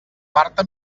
marta